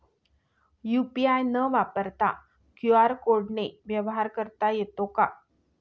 UPI न वापरता QR कोडने व्यवहार करता येतो का?